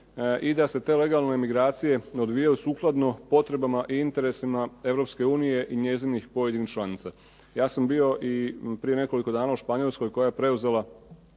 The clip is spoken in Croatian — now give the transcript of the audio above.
i da se te legalne migracije odvijaju sukladno potrebama i interesima Europske unije i njezinih pojedinih članica. Ja sam bio i prije nekoliko dana u Španjolskoj koja je preuzela